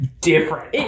Different